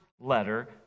letter